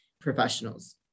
professionals